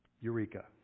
Eureka